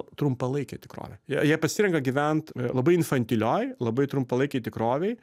trumpalaikė tikrovė jie pasirenka gyvent labai infantilioj labai trumpalaikėj tikrovėj